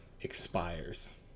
expires